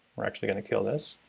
we're actually going to kill this,